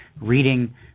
reading